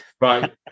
Right